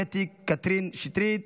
קטי קטרין שטרית,